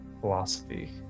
philosophy